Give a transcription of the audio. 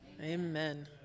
Amen